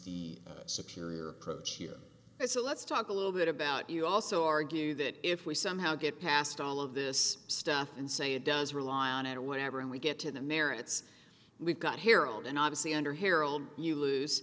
the superior approach here it's a let's talk a little bit about you also argue that if we somehow get past all of this stuff and say it does rely on it or whatever and we get to the merits we've got harold and obviously under harold you lose